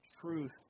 truth